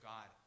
God